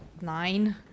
nine